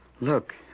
Look